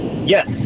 Yes